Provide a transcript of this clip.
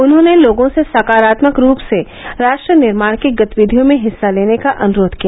उन्होंने लोगों से सकारात्मक रूप से राष्ट्र निर्माण की गतिविधियों में हिस्सा लेने का अनुरोध किया